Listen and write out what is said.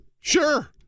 sure